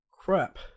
crap